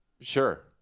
Sure